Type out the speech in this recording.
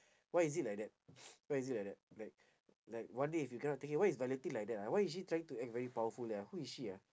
why is it like that why is it like that like like one day if you cannot take it why is valentine like that ah why is she trying to act very powerful ah who is she ah